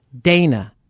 Dana